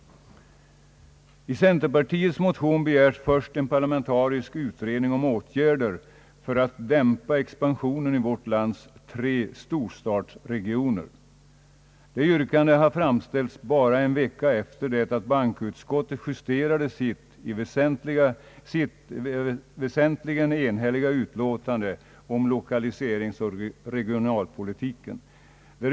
I centerpartiets motion begärs först en parlamentarisk utredning om åtgärder för att dämpa expansionen i vårt lands tre storstadsregioner. Det yrkandet har framställts bara en vecka efter det att bankoutskottet justerade sitt väsentligen enhälliga utlåtande om lokaliseringsoch regionalpolitiken.